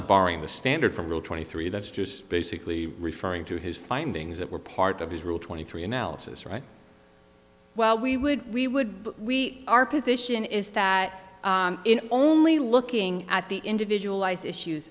barring the standard for rule twenty three that's just basically referring to his findings that were part of his rule twenty three analysis right well we would we would but we our position is that in only looking at the individual life issues